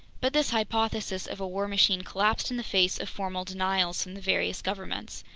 but this hypothesis of a war machine collapsed in the face of formal denials from the various governments.